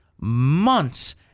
months